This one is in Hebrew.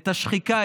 את השחיקה,